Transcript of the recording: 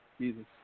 Jesus